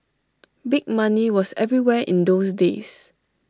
big money was everywhere in those days